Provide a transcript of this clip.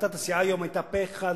החלטת הסיעה היום היתה פה-אחד,